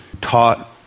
taught